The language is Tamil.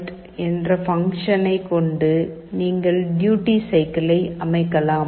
write என்ற பங்க்ஷனை கொண்டு நீங்கள் டியூட்டி சைக்கிள்ளை அமைக்கலாம்